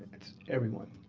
that's everyone,